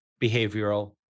behavioral